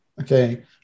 okay